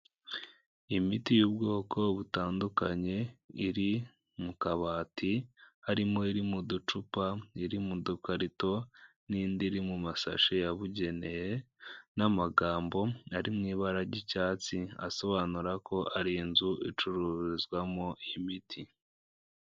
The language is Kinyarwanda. Imiti y'ubwoko butandukanye iri mu kabati, harimo iri mu ducupa, iri mu dukarito n'indi iri mu masashe yabugenewe n'amagambo ari mu ibara ry'icyatsi asobanura ko ari inzu icururizwamo imiti.